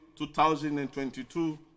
2022